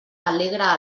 alegra